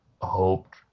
hoped